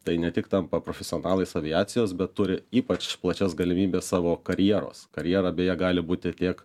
tai ne tik tampa profesionalais aviacijos bet turi ypač plačias galimybes savo karjeros karjera beje gali būti tiek